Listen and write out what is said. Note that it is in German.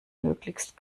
möglichst